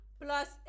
plus